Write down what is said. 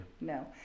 No